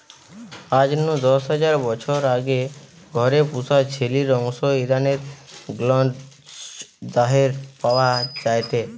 আজ নু দশ হাজার বছর আগে ঘরে পুশা ছেলির অংশ ইরানের গ্নজ দারেহে পাওয়া যায়টে